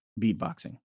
Beatboxing